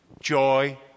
joy